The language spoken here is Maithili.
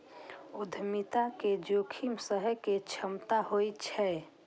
उद्यमिता मे जोखिम सहय के क्षमता होइ छै